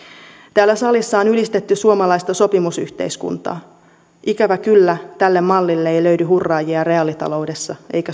täällä salissa on ylistetty suomalaista sopimusyhteiskuntaa ikävä kyllä tälle mallille ei löydy hurraajia reaalitaloudessa eikä